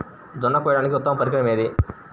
జొన్న కోయడానికి ఉత్తమ పరికరం ఏది?